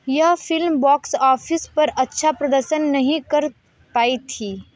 यह film box office पर अच्छा प्रदर्शन नहीं कर पाई थी